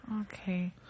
Okay